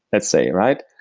let's say, right?